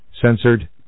censored